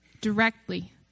directly